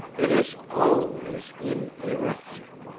it is always in eruption.